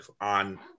on